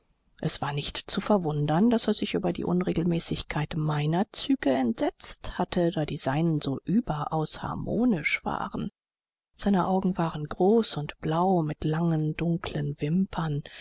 es war nicht zu verwundern daß er sich über die unregelmäßigkeit meiner züge entsetzt hatte da die seinen so überaus harmonisch waren seine augen waren groß und blau mit langen dunklen wimpern